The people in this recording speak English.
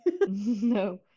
No